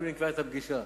אפילו נקבעה אתם פגישה.